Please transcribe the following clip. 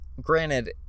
granted